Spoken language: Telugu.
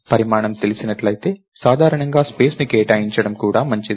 పరిమాణం తెలిసినట్లయితే సాధారణంగా స్పేస్ ని కేటాయించడం కూడా మంచిది